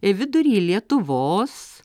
vidury lietuvos